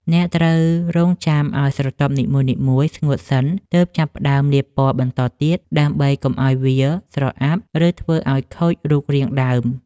អ្នកត្រូវរង់ចាំឱ្យស្រទាប់នីមួយៗស្ងួតសិនទើបចាប់ផ្តើមលាបពណ៌បន្តទៀតដើម្បីកុំឱ្យវាស្រអាប់ ឬ ធ្វើឱ្យខូចរូបរាងដើម។